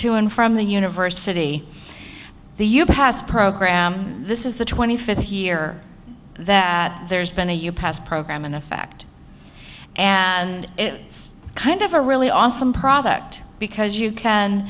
to and from the university the you passed program this is the twenty fifth year that there's been a you passed program in effect and it's kind of a really awesome product because you can